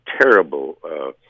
terrible